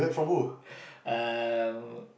um